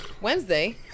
Wednesday